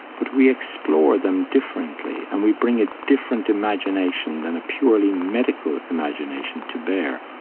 but we explore them differently and we bring a different imagination than a purely medical imagination to bear.